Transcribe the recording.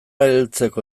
heltzeko